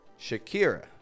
Shakira